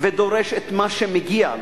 ודורש את מה שמגיע לו,